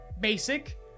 Basic